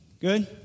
Good